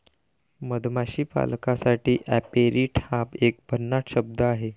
मधमाशी पालकासाठी ऍपेरिट हा एक भन्नाट शब्द आहे